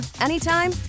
anytime